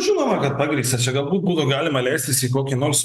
žinoma kad pagrįstas čia galbūt būtų galima leistis į kokį nors